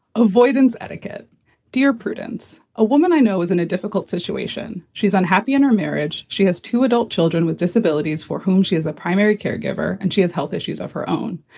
avoidance, etiquette dear prudence. a woman i know is in a difficult situation. she's unhappy in her marriage. she has two adult children with disabilities for whom she is a primary caregiver and she has health issues of her own.